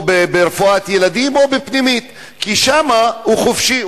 או ברפואת ילדים או בפנימית, כי שמה הוא חופשי.